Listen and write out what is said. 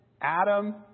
Adam